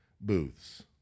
booths